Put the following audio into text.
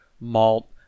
Malt